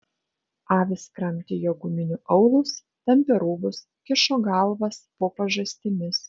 avys kramtė jo guminių aulus tampė rūbus kišo galvas po pažastimis